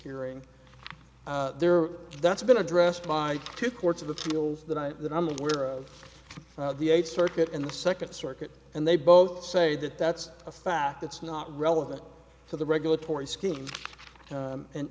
hearing there that's been addressed by two courts of appeals that i that i'm aware of the eighth circuit in the second circuit and they both say that that's a fact that's not relevant to the regulatory